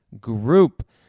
group